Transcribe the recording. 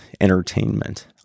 entertainment